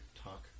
talk